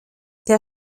der